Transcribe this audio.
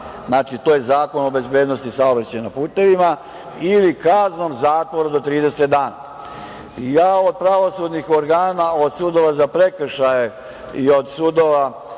znači to je Zakon o bezbednosti saobraćaja na putevima, ili kaznom zatvora do 30 dana. Ja od pravosudnih organa, od sudova za prekršaje i od sudova